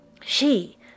She